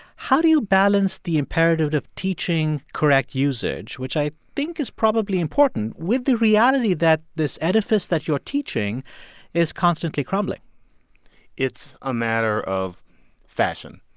how do you balance the imperative of teaching correct usage? which i think is probably important with the reality that this edifice that you're teaching is constantly crumbling it's a matter of fashion,